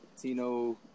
Tino